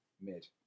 mid